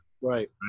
Right